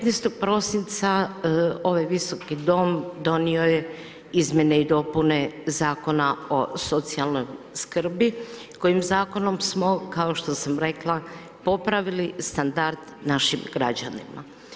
15.12. ovaj Visoki dom, donio je izmjene i dopune Zakona o socijalnom skrbi, kojim zakonom smo, kao što sam rekla, popravili standard našim građanima.